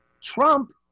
Trump